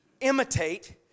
imitate